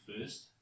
first